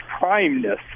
primeness